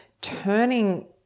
turning